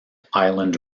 island